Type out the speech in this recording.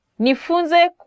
Nifunze